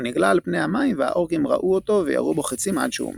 הוא נגלה על פני המים והאורקים ראו אותו וירו בו חיצים עד שהוא מת.